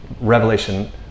Revelation